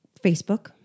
Facebook